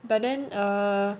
but then err